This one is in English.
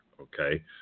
okay